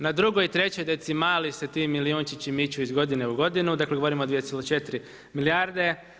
Na drugoj i trećoj decimali se ti milijunčići miču iz godine u godinu, dakle govorimo o 2,4 milijarde.